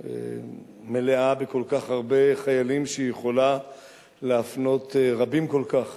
מלאה בכל-כך הרבה חיילים שהיא יכולה להפנות רבים כל כך